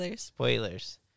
Spoilers